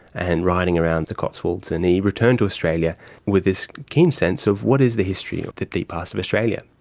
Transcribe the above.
and riding around the cotswolds. and he returned to australia with this keen sense of what is the history of the deep past of australia.